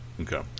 Okay